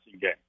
game